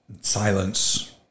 Silence